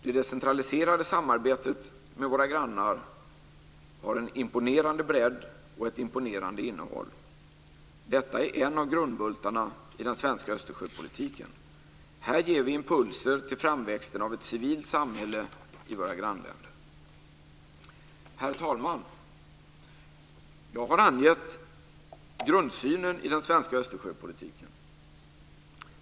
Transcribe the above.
Det decentraliserade samarbetet med våra grannar har en imponerande bredd och ett imponerande innehåll. Detta är en av grundbultarna i den svenska Östersjöpolitiken. Här ger vi impulser till framväxten av ett civilt samhälle i våra grannländer. Herr talman! Jag har angett grundsynen i den svenska Östersjöpolitiken.